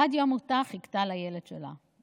עד יום מותה חיכתה לילד שלה,